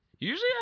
Usually